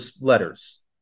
letters